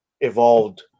evolved